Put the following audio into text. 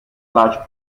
large